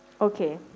Okay